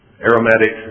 aromatic